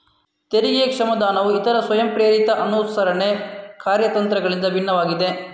ತೆರಿಗೆ ಕ್ಷಮಾದಾನವು ಇತರ ಸ್ವಯಂಪ್ರೇರಿತ ಅನುಸರಣೆ ಕಾರ್ಯತಂತ್ರಗಳಿಗಿಂತ ಭಿನ್ನವಾಗಿದೆ